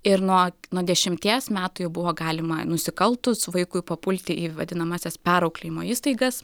ir nuo nuo dešimties metų jau buvo galima nusikaltus vaikui papulti į vadinamąsias perauklėjimo įstaigas